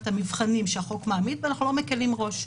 המבחנים שהחוק מעמיד ואנחנו לא מקלים ראש,